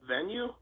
venue